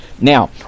Now